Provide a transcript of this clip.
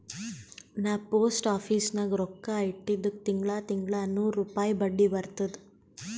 ನಾ post office ನಾಗ್ ರೊಕ್ಕಾ ಇಟ್ಟಿದುಕ್ ತಿಂಗಳಾ ತಿಂಗಳಾ ನೂರ್ ರುಪಾಯಿ ಬಡ್ಡಿ ಬರ್ತುದ್